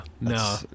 No